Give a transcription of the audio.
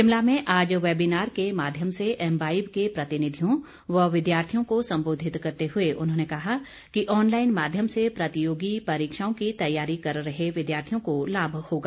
शिमला में आज वेबिनार के माध्यम से एम्बाईब के प्रतिनिधियों व विद्यार्थियों को संबोधित करते हुए उन्होंने कहा कि ऑनलाईन माध्यम से प्रतियोगी परीक्षाओं की तैयारी कर रहे विद्यार्थियों को लाभ होगा